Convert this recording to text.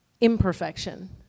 imperfection